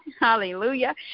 Hallelujah